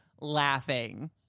laughing